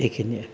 এইখিনিয়ে